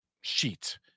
sheet